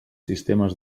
sistemes